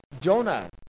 Jonah